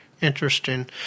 Interesting